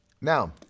Now